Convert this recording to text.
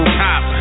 top